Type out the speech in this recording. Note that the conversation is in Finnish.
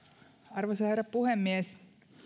arvoisa herra puhemies